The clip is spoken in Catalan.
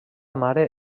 mare